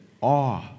awe